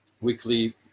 weekly